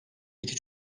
iki